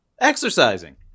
Exercising